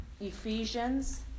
Ephesians